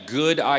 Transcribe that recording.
good